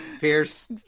Pierce